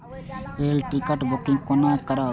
Rail ticket booking कोना करब?